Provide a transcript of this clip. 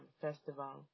festival